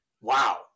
wow